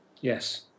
Yes